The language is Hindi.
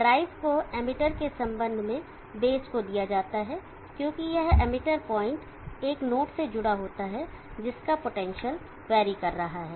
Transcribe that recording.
ड्राइव को एमिटर के संबंध में बेस को दिया जाता है क्योंकि यह एमिटर पॉइंट एक नोड से जुड़ा होता है जिसका पोटेंशियल वेरी कर रहा है